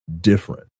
different